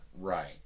Right